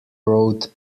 road